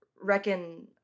reckon